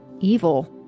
evil